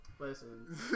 Listen